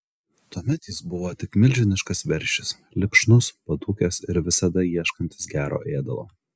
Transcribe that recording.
tuomet jis buvo tik milžiniškas veršis lipšnus padūkęs ir visada ieškantis gero ėdalo